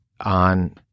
on